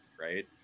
right